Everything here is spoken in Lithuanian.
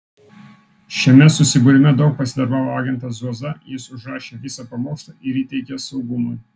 šiame susibūrime daug pasidarbavo agentas zuoza jis užrašė visą pamokslą ir įteikė saugumui